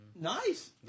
Nice